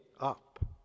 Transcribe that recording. up